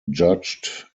judged